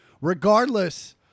regardless